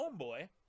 Homeboy